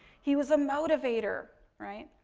he was a motivator, right.